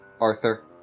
Arthur